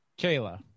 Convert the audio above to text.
Kayla